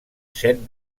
set